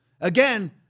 Again